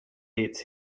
eats